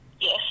Yes